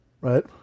Right